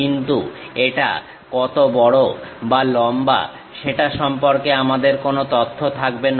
কিন্তু এটা কত বড় বা লম্বা সেটা সম্পর্কে আমাদের কোনো তথ্য থাকবে না